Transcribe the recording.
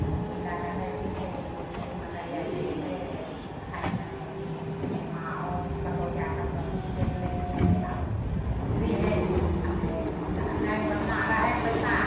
तऽ ओही लैकै नहि पिन्है रहिए नहि मने यऽ जे नहि दै रहै खाली मने यऽ जे सिनेमा आओर कतहु जाके सबकिछु देखि लै रहिए चलि आबै रहिए रहै आओर नहि आओर नहि ओतना रहै पइसा